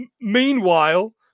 Meanwhile